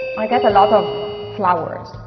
i got a lot of flowers,